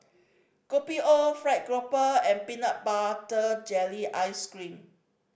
Kopi O fried grouper and peanut butter jelly ice cream